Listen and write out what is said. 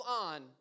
on